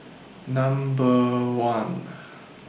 Number one